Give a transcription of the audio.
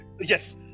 yes